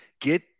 get